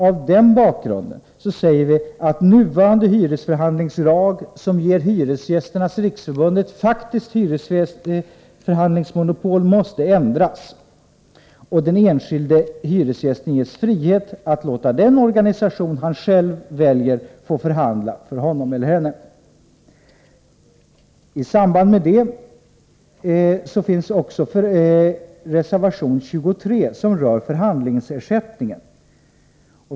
Mot den bakgrunden säger vi att den nuvarande hyresförhandlingslagen, som ger Hyresgästernas riksförbund ett faktiskt förhandlingsmonopol, måste ändras och den enskilde hyresgästen ges frihet att låta den organisation som hon eller han själv vill förhandla för henne eller honom. Reservation 23 rör förhandlingsersättning.